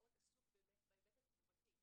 מאוד עסוק באמת בהיבט התגובתי.